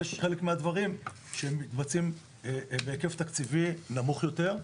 אז חלק מהדברים מתבצעים בהיקף תקציבי נמוך יותר,